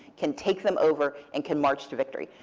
can take them over, and can march to victory.